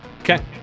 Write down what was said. okay